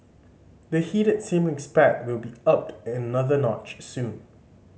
the heated sibling spat will be upped another notch soon